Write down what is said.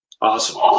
Awesome